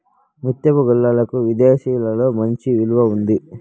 ముత్యపు గుల్లలకు విదేశాలలో మంచి విలువ ఉంది